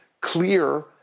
clear